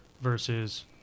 versus